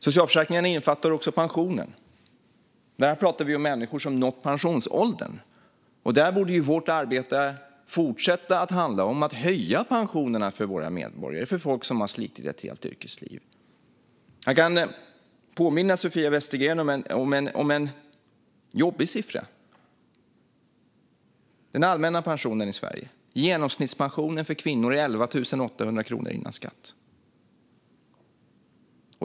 Socialförsäkringarna innefattar också pensionen. Här talar vi om människor som har nått pensionsåldern. Där borde vårt arbete fortsätta att handla om att höja pensionerna för våra medborgare, folk som har slitit ett helt yrkesliv. Jag kan påminna Sofia Westergren om en jobbig siffra. Genomsnittspensionen för kvinnor är för den allmänna pensionen i Sverige 11 800 kronor före skatt.